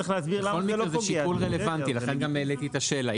בכל מקרה זה שיקול רלוונטי לכן גם העליתי את השאלה.